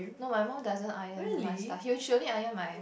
no my mum doesn't iron my stuff she she only iron my